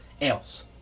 else